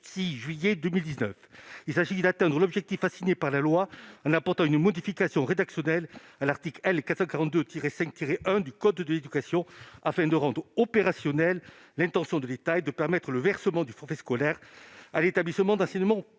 confiance. Il s'agit ainsi d'atteindre l'objectif que celle-ci assigne en apportant une modification rédactionnelle à l'article L. 442-5-1 du code de l'éducation afin de rendre opérationnelle l'intention de l'État et de permettre le versement du forfait scolaire à l'établissement d'enseignement